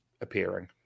appearing